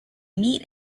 meet